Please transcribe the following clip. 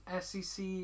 sec